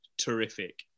terrific